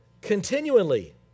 continually